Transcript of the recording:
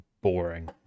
boring